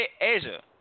Asia